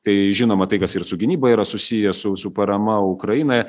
tai žinoma tai kas ir su gynyba yra susiję su su parama ukrainai